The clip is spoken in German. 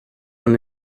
von